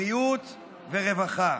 בריאות ורווחה.